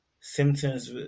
symptoms